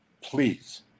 please